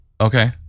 Okay